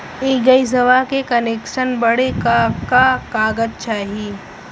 इ गइसवा के कनेक्सन बड़े का का कागज चाही?